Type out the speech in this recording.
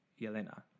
Yelena